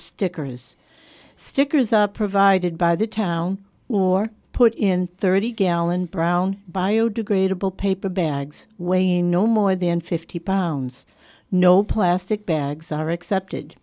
stickers stickers are provided by the town or put in thirty gallon brown biodegradable paper bags weighing no more than fifty pounds no plastic bags are accepted